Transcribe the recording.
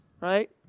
right